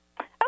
Okay